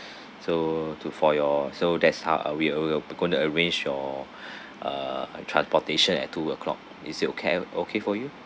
so to for your so that's how uh we are going to arrange your uh transportation at two o'clock is it okay okay for you